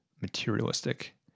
materialistic